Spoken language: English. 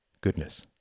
goodness